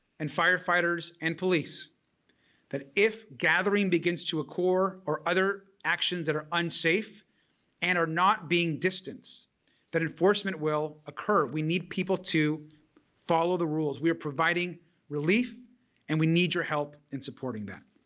and firefighters, and police that if gathering begins to occur or other actions that are unsafe and are not being distant that enforcement will occur. we need people to follow the rules. we are providing relief and we need your help in supporting that